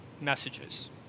messages